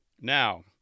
now